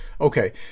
Okay